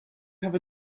have